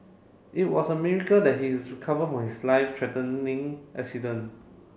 it was a miracle that he is recovered from his life threatening accident